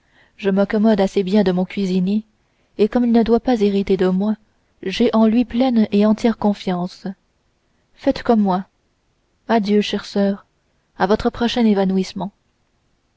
je m'accommode assez de mon cuisinier et comme il ne doit pas hériter de moi j'ai en lui pleine et entière confiance faites comme moi adieu chère soeur à votre prochain évanouissement